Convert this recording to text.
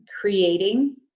creating